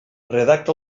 redacta